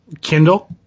kindle